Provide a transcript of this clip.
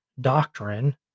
doctrine